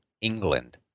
England